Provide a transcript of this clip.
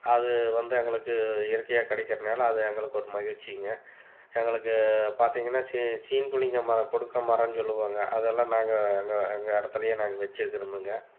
அது வந்து எங்களுக்கு இயற்கையாக கிடைக்கிறதுனால அது எங்களுக்கு ஒரு மகிழ்ச்சிங்க எங்களுக்கு பார்த்திங்கன்னா சீ சீன்குலிங்க மரம் கொடுக்கா மரம்னு சொல்லுவாங்க அதெல்லாம் நாங்க எங்கள் எங்கள் இடத்துலையே நாங்கள் வச்சிருக்கிறோமுங்க